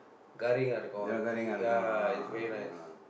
garing ah the is ya it's very nice